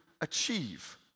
achieve